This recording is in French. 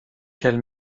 qu’elle